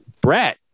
Brett